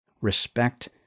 respect